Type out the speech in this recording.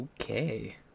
Okay